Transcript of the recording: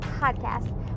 podcast